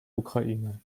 ukraine